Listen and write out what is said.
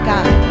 God